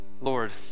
Lord